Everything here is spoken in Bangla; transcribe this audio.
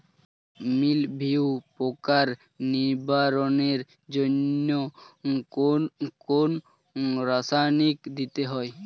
মিলভিউ পোকার নিবারণের জন্য কোন রাসায়নিক দিতে হয়?